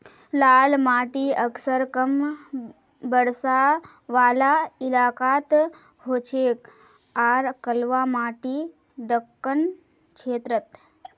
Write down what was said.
लाल माटी अक्सर कम बरसा वाला इलाकात हछेक आर कलवा माटी दक्कण क्षेत्रत